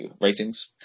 ratings